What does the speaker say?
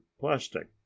plastic